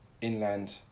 inland